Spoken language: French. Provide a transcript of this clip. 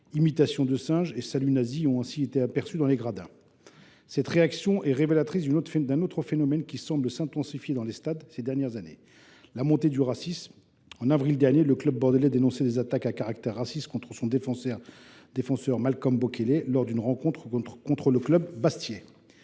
imitations de singes et saluts nazis ont ainsi été aperçus dans les gradins. Cette réaction est révélatrice d’un autre phénomène qui semble s’intensifier dans les stades ces dernières années : la montée du racisme. En avril dernier, le club des Girondins de Bordeaux dénonçait des attaques à caractère raciste contre son défenseur Malcom Bokele lors d’une rencontre contre le Sporting